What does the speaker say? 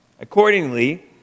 Accordingly